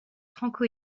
franco